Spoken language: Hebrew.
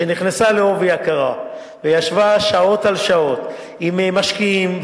שנכנסה בעובי הקורה וישבה שעות על שעות עם משקיעים,